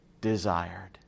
desired